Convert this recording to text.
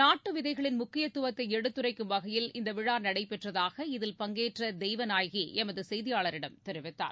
நாட்டு விதைகளின் முக்கியத்துவத்தை எடுத்துரைக்கும் வகையில் இந்த விழா நடைபெற்றதாக இதில் பங்கேற்ற தெய்வநாயகி எமது செய்தியாளரிடம் தெரிவித்தார்